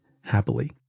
happily